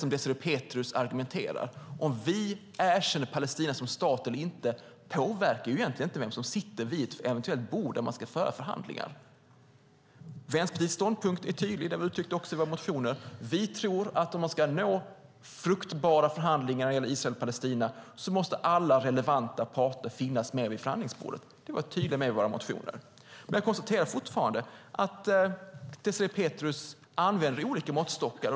Om Sverige erkänner Palestina som stat eller inte påverkar egentligen inte vem som sitter vid ett eventuellt bord där man ska föra förhandlingar. Vänsterpartiets ståndpunkt är tydlig. Det har vi uttryckt i våra motioner. Vi tror att om vi ska nå fram till fruktbara förhandlingar när det gäller Israel och Palestina måste alla relevanta parter finnas med vid förhandlingsbordet. Det har vi varit tydliga med i våra motioner. Jag konstaterar fortfarande att Désirée Pethrus använder olika måttstockar.